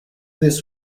this